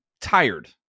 tired